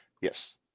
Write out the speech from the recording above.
Yes